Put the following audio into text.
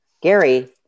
Gary